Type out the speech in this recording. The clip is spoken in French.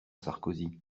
sarkozy